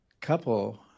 couple